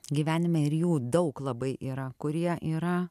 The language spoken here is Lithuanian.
gyvenime ir jų daug labai yra kurie yra